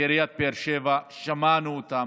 בעיריית באר שבע, שמענו אותם.